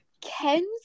Ken